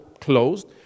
closed